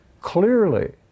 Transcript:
Clearly